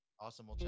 Awesome